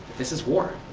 this is war.